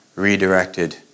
Redirected